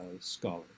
scholar